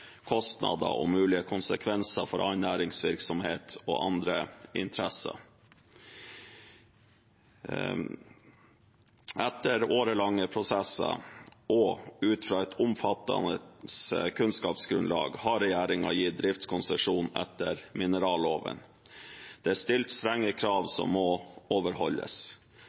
kostnader og mulige konsekvenser for annen næringsvirksomhet og andre interesser. Etter årelange prosesser og ut fra et omfattende kunnskapsgrunnlag har regjeringen gitt driftskonsesjon etter mineralloven. Det er stilt strenge krav som må overholdes.